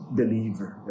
believer